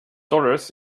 dollars